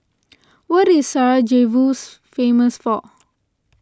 what is Sarajevo famous for